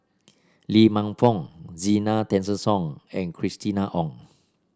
Lee Man Fong Zena Tessensohn and Christina Ong